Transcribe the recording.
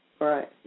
Right